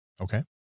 Okay